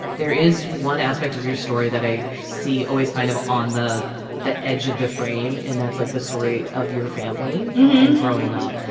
there is one aspect of your story that i see always kind of on the the edge of the frame, and that's, like, the story of your family and growing up.